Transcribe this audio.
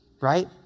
Right